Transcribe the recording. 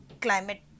climate